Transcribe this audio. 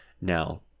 now